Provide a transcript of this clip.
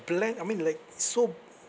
bland I mean like so